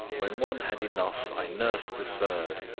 when one had enough i nursed the third.